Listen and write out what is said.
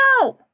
No